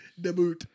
Debut